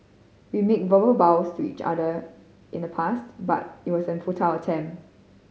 we made verbal vows to each other in the past but it was a futile attempt